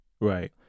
right